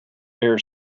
air